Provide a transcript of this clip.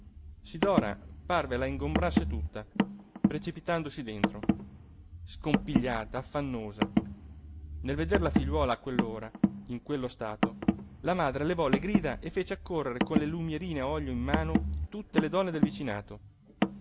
a olio sidora parve la ingombrasse tutta precipitandosi dentro scompigliata affannosa nel veder la figliuola a quell'ora in quello stato la madre levò le grida e fece accorrere con le lumierine a olio in mano tutte le donne del vicinato